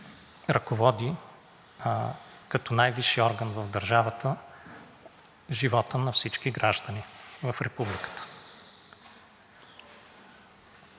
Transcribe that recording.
ръководи като най-висшия орган в държавата живота на всички граждани в републиката.